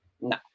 No